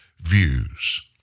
views